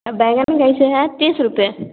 और बैगन कैसे है तीस रुपए